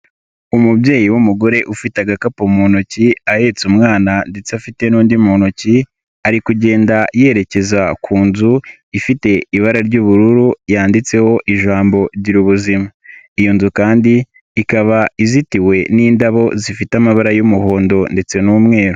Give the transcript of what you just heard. Umubyeyi w'umugore ufite agakapu mu ntoki, ahetse umwana ndetse afite n'undi muntu ntoki, ari kugenda yerekeza ku nzu, ifite ibara ry'ubururu, yanditseho ijambo Girububuzima. Iyo nzu kandi ikaba izitiwe n'indabo zifite amabara y'umuhondo ndetse n'umweru.